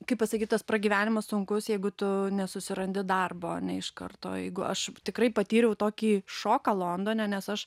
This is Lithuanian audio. kaip pasakyt tas pragyvenimas sunkus jeigu tu nesusirandi darbo ane iš karto jeigu aš tikrai patyriau tokį šoką londone nes aš